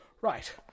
Right